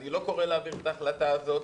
אני לא קורא להעביר את ההחלטה הזאת,